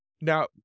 Now